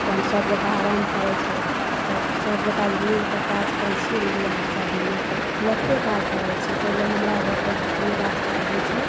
तहन सब गोटा आराम करै छै तऽ सब गोटा मिलिकँ काज करै छियै ने बियाह शादिमे तऽ तुरत्ते काज भए जाइ छै हमरा घरपर जे कोनो राज काज होइ छै